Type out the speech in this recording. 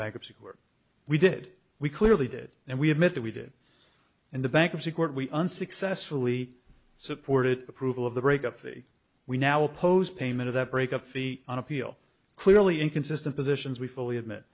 bankruptcy where we did we clearly did and we have met that we did in the bankruptcy court we unsuccessfully supported approval of the breakup the we now oppose payment of the breakup fee on appeal clearly inconsistent positions we fully admit